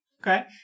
Okay